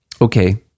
Okay